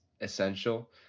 essential